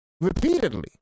repeatedly